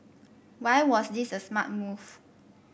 why was this a smart move